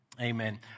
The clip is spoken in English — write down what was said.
Amen